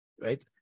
right